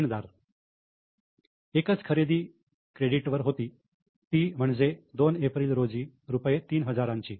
लेनदार एकच खरेदी क्रेडिट वर होती ती म्हणजे 2 एप्रिल रोजी रुपये 3000 ची